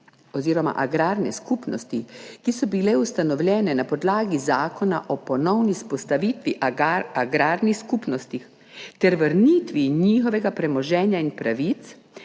oziroma agrarne skupnosti, ki so bile ustanovljene na podlagi Zakona o ponovni vzpostavitvi agrarnih skupnosti ter vrnitvi njihovega premoženja in pravic,